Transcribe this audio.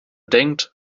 denkt